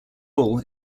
all